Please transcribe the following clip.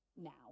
now